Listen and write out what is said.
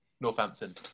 Northampton